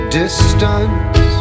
distance